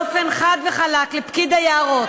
חד וחלק, לפקיד היערות